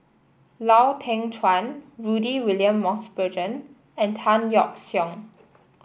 Lau Teng Chuan Rudy William Mosbergen and Tan Yeok Seong